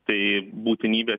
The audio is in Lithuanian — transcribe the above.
tai būtinybės